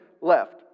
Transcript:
left